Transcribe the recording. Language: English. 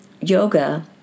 yoga